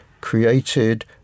created